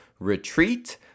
retreat